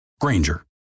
Granger